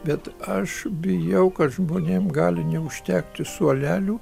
bet aš bijau kad žmonėm gali neužtekti suolelių